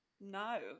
no